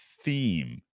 theme